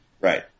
Right